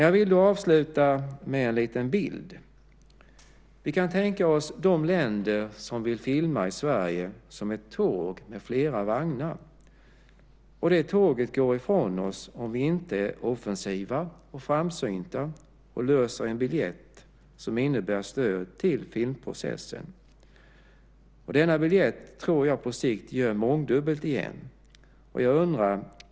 Jag vill avsluta med en liten bild. Vi kan tänka oss de länder som vill filma i Sverige som ett tåg med flera vagnar. Tåget går ifrån oss om vi inte är offensiva och framsynta och löser en biljett som innebär stöd till filmprocessen. Denna biljett tror jag på sikt ger mångdubbelt igen.